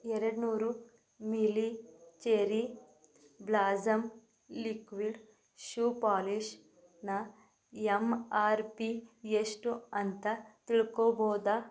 ಎರಡು ನೂರು ml cherry blossom liquid shoe ಪಾಲಿಶಿನ ಎಂ ಆರ್ ಪಿ ಎಷ್ಟು ಅಂತ ತಿಳ್ಕೋಬೋದಾ